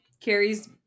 Carrie's